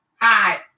Hi